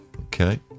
Okay